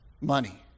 money